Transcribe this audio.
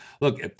look